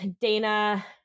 dana